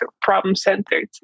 problem-centered